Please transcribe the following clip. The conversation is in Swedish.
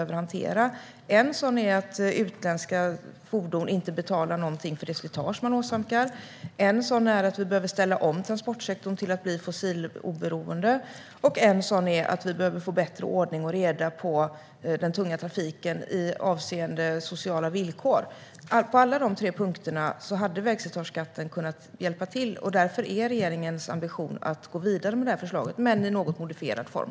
En sådan är att utländska fordon inte betalar någonting för det slitage de åsamkar. En annan är att vi behöver ställa om transportsektorn till att bli fossiloberoende. Ytterligare en är att vi behöver få bättre ordning och reda på den tunga trafiken avseende sociala villkor. På alla de tre punkterna hade vägslitageskatten kunnat hjälpa till. Därför är regeringens ambition att gå vidare med det här förslaget, men i något modifierad form.